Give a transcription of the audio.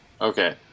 Okay